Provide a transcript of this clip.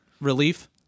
relief